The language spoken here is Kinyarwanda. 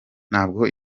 ntabwo